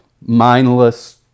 mindless